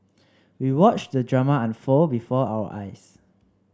we watched the drama unfold before our eyes